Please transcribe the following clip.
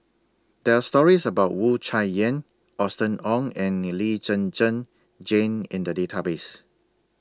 There Are stories about Wu Tsai Yen Austen Ong and in Lee Zhen Zhen Jane in The Database